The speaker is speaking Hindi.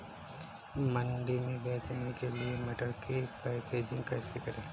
मंडी में बेचने के लिए मटर की पैकेजिंग कैसे करें?